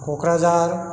Kokrajhar